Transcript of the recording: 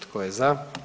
Tko je za?